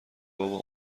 بابا